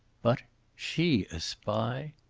but she a spy!